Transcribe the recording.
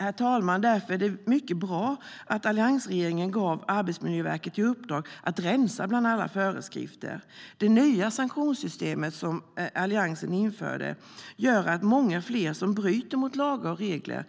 Herr talman! Därför är det mycket bra att alliansregeringen gav Arbetsmiljöverket i uppdrag att rensa bland alla föreskrifter. Det nya sanktionssystem som Alliansen införde gör att många fler som bryter mot lagar och regler